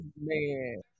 Man